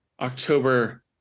October